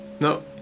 No